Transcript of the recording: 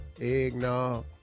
Eggnog